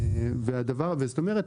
כלומר,